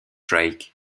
drake